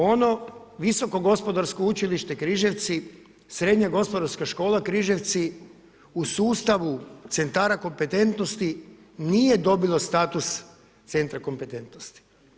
Ono Visoko gospodarsko učilište Križevci, srednja Gospodarska škola Križevci u sustavu centara kompetentnosti, nije dobilo status centra kompetentnosti.